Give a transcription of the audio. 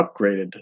upgraded